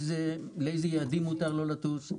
לאיזה יעדים מותר לו לטוס,